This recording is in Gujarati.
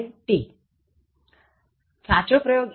સાચો પ્રયોગ He prefers coffee to tea